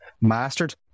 mastered